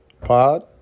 pod